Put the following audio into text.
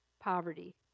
poverty